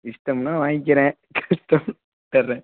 இஷ்டம்னா வாங்கிக்கிறேன் சரி